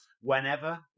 whenever